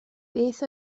beth